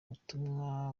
ubutumwa